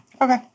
Okay